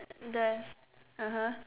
there (uh huh)